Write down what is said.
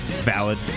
valid